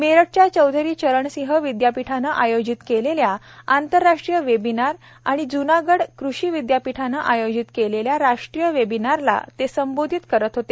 मेरठच्या चौधरी चरणसिंह विद्यापीठानं आयोजित केलेल्या आंतरराष्ट्रीय वेबिनार आणि ज्नागड कृषी विद्यापीठानं आयोजित केलेल्या राष्ट्रीय वेबिनारला ते संबोधित करत होते